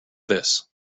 this